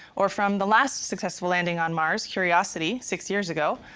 or from the last successful landing on mars, curiosity, six years ago,